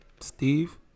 Steve